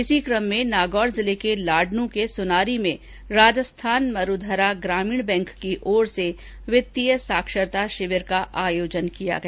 इसी कम में नागौर जिले के लाडनूं के सुनारी में राजस्थान मरूधरा ग्रामीण बैंक की ओर से वित्तीय साक्षरता शिविर का आयोजन किया गया